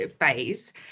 phase